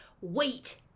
wait